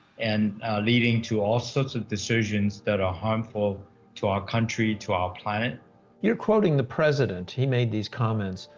and leading to all sorts of decisions that are harmful to our country, to our planet. smith you're quoting the president. he made these comments.